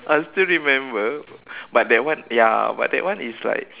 I still remember but that one ya but that one is like